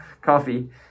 coffee